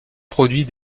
produit